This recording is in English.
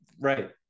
Right